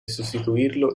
sostituirlo